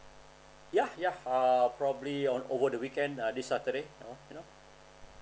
yeah yeah uh probably on over the weekend uh this saturday you know you know